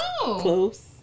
close